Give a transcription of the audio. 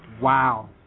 Wow